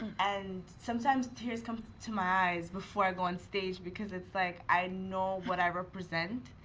and sometimes, tears come to my eyes before i go onstage because it's like i know what i represent.